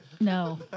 No